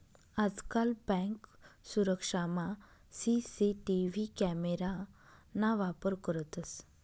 आजकाल बँक सुरक्षामा CCTV camera ना वापर करतंस